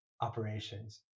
operations